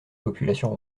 population